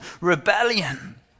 rebellion